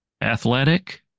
Athletic